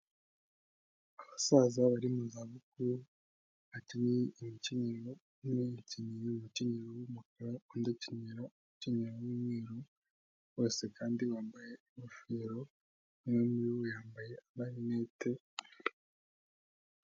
Abasaza bari mu za bukuru bakenyeye imikinyero umwe akenyeye umukenyero w'umukara undi akenyeye umukenyero w'umweruru, bose kandi bambaye ingofero z'umweru umwe yambaye amarinete.